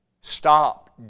stop